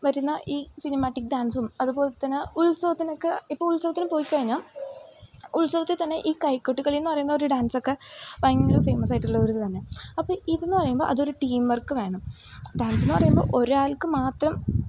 വരുന്ന ഈ സിനിമാറ്റിക് ഡാൻസും അതുപോലെതന്നെ ഈ ഉത്സവത്തിനൊക്കെ ഇപ്പോൾ ഉത്സവത്തിനു പോയിക്കഴിഞ്ഞാൽ ഉത്സവത്തെതന്നെ ഈ കൈകൊട്ടികളിയെന്നു പറയുന്ന ഒരു ഡാൻസൊക്കെ ഭയങ്കര ഫേമസായിട്ടുള്ള ഒരിതുതന്നെ അപ്പോൾ ഇതെന്നു പറയുമ്പോൾ അതൊരു ടീം വർക്ക് വേണം ഡാൻസെന്നു പറയുമ്പോൾ ഒരാൾക്കു മാത്രം